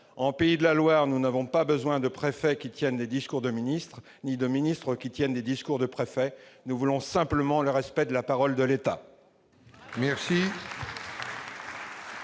En Pays de la Loire, nous n'avons pas besoin de préfet qui tienne des discours de ministre ni de ministre qui tienne des discours de préfet. Nous voulons simplement le respect de la parole de l'État.